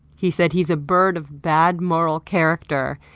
he said, he is a bird of bad moral character,